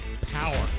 Power